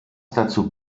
dazu